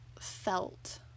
felt